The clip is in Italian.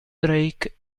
drake